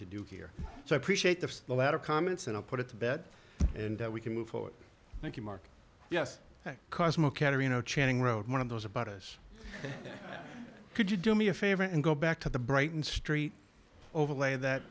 to do here so i appreciate the latter comments and i'll put it to bed and we can move forward thank you mark yes cosmo catarina channing wrote one of those about us could you do me a favor and go back to the brighton street overlay that